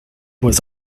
was